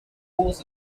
tools